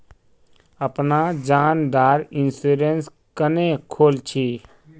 अपना जान डार इंश्योरेंस क्नेहे खोल छी?